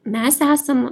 mes esam